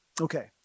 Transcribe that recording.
Okay